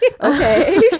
Okay